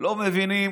לא מבינים